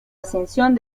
ascensión